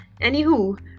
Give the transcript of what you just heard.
Anywho